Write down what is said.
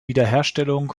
wiederherstellung